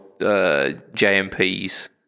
Jmps